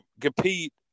compete